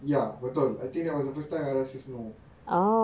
ya betul I think that was the first time I rasa snow